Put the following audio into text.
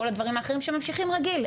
כל הדברים האחרים שממשיכים רגיל,